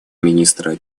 министра